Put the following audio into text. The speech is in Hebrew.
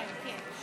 סעיף 52, כן.